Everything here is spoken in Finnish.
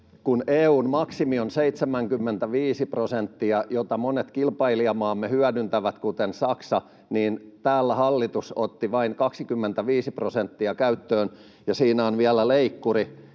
kun EU:n maksimi on 75 prosenttia, jota monet kilpailijamaamme hyödyntävät, kuten Saksa, niin täällä hallitus otti vain 25 prosenttia käyttöön, ja siinä on vielä leikkuri,